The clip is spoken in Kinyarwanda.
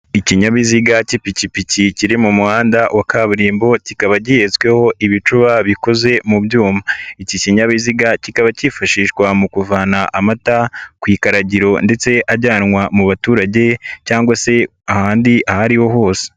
Ikinyabiziga k'ipikipiki kiri mu muhanda wa kaburimbo kikaba gihetsweho ibicuba bikoze mu byuma, iki kinyabiziga kikaba kifashishwa mu kuvana amata ku ikaragiro ndetse ajyanwa mu baturage cyangwa se ahandi aho ari ho hose.